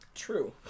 true